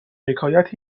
حکایت